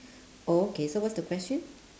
okay so what's the question